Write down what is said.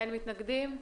אין מתנגדים.